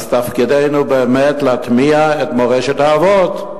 תפקידנו באמת להטמיע את מורשת האבות,